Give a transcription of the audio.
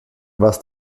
was